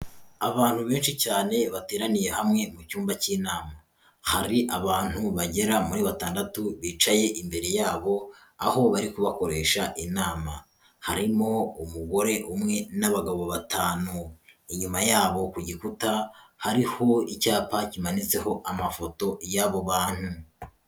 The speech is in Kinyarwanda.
Abantu benshi cyane bateraniye hamwe mu cyumba cy'inama, hari abantu bagera muri batandatu bicaye imbere yabo aho bari kubakoresha inama, harimo umugore umwe n'abagabo batanu, inyuma yabo ku gikuta hariho icyapa kimanitseho amafoto yabo bantu.